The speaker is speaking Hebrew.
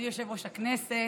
אדוני יושב-ראש הכנסת,